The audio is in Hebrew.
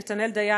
נתנאל דיין,